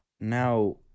Now